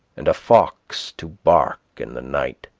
and a fox to bark in the night.